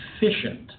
efficient